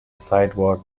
sidewalk